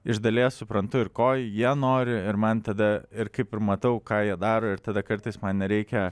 iš dalies suprantu ir ko jie nori ir man tada ir kaip ir matau ką jie daro ir tada kartais man nereikia